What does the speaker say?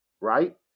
right